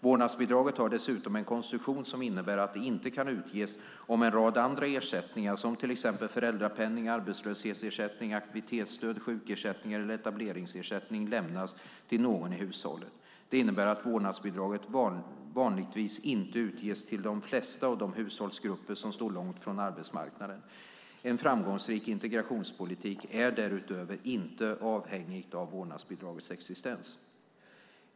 Vårdnadsbidraget har dessutom en konstruktion som innebär att det inte kan utges om en rad andra ersättningar - till exempel föräldrapenning, arbetslöshetsersättning, aktivitetsstöd, sjukersättning eller etableringsersättning - lämnas till någon i hushållet. Detta innebär att vårdnadsbidraget vanligtvis inte utges till de flesta av de hushållsgrupper som står långt från arbetsmarknaden. En framgångsrik integrationspolitik är därutöver inte avhängig av vårdnadsbidragets existens.